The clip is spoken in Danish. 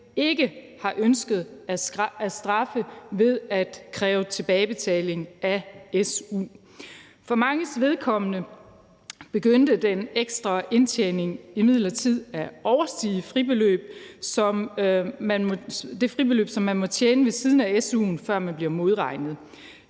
ikke har ønsket at straffe ved at kræve tilbagebetaling af su. For manges vedkommende begyndte den ekstra indtjening imidlertid at overstige det fribeløb, som man må tjene ved siden af su'en, før man bliver modregnet.